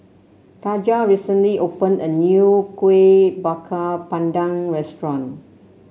Taja recently opened a new Kuih Bakar Pandan restaurant